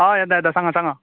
हय येता येता सांगा सांगा